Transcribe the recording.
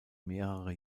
mehrere